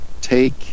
take